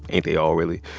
ain't they all, really?